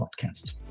podcast